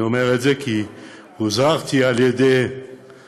אני אומר את זה כי הוזהרתי על-ידי היועצים